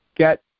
get